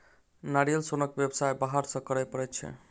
नारियल सोनक व्यवसाय बाहर सॅ करय पड़ैत छै